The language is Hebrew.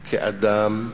כאדם,